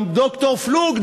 גם ד"ר פלוג,